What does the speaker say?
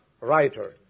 writer